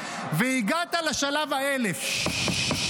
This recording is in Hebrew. והגעת לשלב ה-1,000.